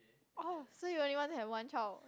oh so you only want have one child